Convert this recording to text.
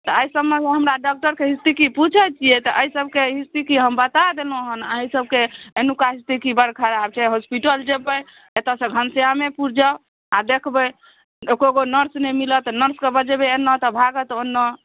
एहि सभमे हमरा डॉक्टरके स्थिति बुझै छियै तऽ एहि सभके स्थिति हम बता देलहुँ हन एहि सभके एनुका स्थिति बड़ खराब छै हॉस्पिटल जेबै एतयसँ घनश्यामेपुर जाउ आ देखबै एको गो नर्स नहि मिलत नर्सकेँ बजेबै एन्नऽ तऽ भागत ओन्नऽ